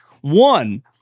one